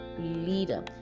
leader